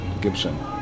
Gibson